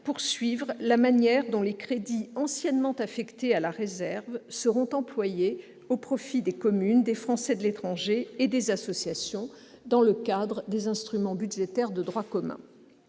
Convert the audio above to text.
pour suivre la manière dont les crédits anciennement affectés à la réserve seront employés au profit des communes, des Français de l'étranger et des associations dans le cadre des instruments budgétaires de droit commun.